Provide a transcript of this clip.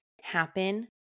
happen